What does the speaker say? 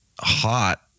hot